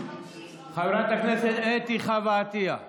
חברת הכנסת אתי חוה עטייה.